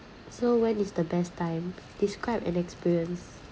so when is the best time describe an experience